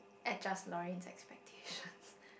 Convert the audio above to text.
adjust Lorraine's expectations